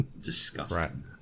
disgusting